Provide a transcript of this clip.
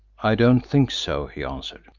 i don't think so, he answered.